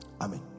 Amen